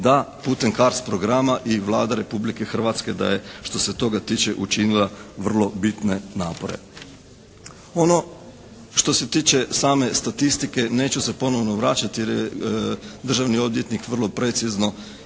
da putem CARDS programa i Vlada Republike Hrvatske da je što se toga tiče učinila vrlo bitne napore. Ono što se tiče same statistike neću se ponovno vraćati jer je državni odvjetnik vrlo precizno i